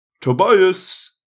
Tobias